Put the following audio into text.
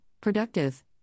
productive